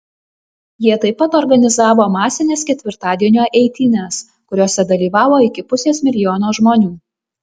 jie taip pat organizavo masines ketvirtadienio eitynes kuriose dalyvavo iki pusės milijono žmonių